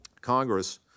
Congress